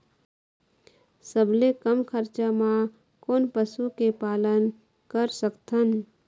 सबले कम खरचा मा कोन पशु के पालन कर सकथन?